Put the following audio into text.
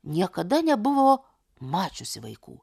niekada nebuvo mačiusi vaikų